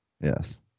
yes